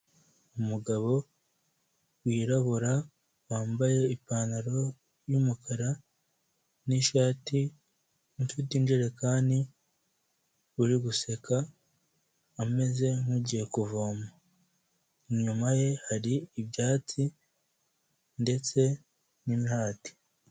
Umugabo wirabura wambaye ipantaro y'umukara n'ishati ufite injerekani uri guseka ameze nkugiye kuvoma, inyuma ye hari ibyatsi ndetse n'imihati.